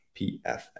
PFF